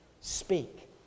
Speak